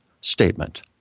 statement